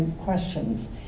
questions